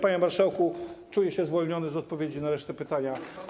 Panie marszałku, czuję się zwolniony z odpowiedzi na resztę pytań.